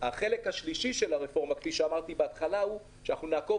החלק השלישי של הרפורמה הוא שאנחנו נעקוב